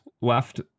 left